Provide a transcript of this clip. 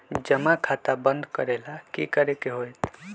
जमा खाता बंद करे ला की करे के होएत?